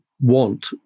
want